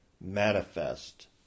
manifest